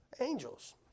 Angels